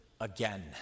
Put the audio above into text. again